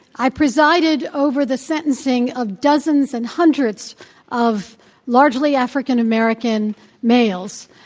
i presided over the sentencing of dozens and hundreds of largely african-american males.